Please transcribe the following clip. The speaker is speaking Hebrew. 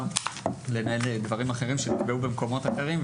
יהיה לנהל דברים אחרים שיפגעו במקומות אחרים,